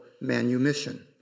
manumission